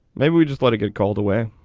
maybe we just let it get called away.